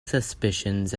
suspicions